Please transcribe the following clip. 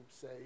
say